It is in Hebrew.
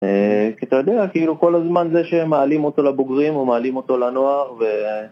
כי אתה יודע כיאלו, כל הזמן זה שמעלים אותו לבוגרים או מעלים אותו לנוער